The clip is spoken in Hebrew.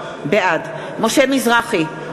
בעד משה מזרחי,